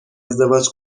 ازدواج